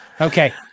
okay